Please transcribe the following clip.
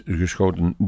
geschoten